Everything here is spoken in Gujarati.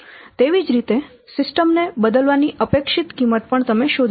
તેવી જ રીતે સિસ્ટમ ને બદલવાની અપેક્ષિત કિંમત પણ તમે શોધી શકો છો